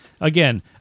again